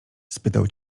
spytał